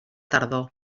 tardor